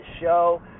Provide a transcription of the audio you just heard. show